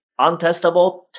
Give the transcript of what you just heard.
untestable